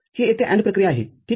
ही येथे AND प्रक्रिया आहे ठीक आहे